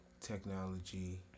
technology